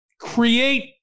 create